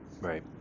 Right